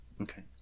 Okay